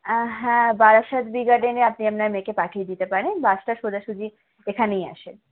হ্যাঁ বারাসাত বি গার্ডেনে আপনি আপনার মেয়েকে পাঠিয়ে দিতে পারেন বাসটা সোজাসুজি এখানেই আসে